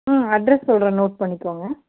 address சொல்லுறேன் note பண்ணிக்கோங்க